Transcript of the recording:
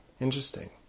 Interesting